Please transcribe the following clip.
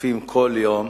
צופים כל יום